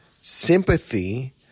sympathy